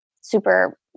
super